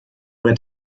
zone